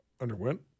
Underwent